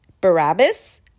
Barabbas